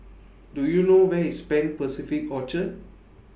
Do YOU know Where IS Pan Pacific Orchard